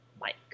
Mike